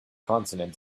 consonant